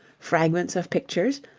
fragments of pictures,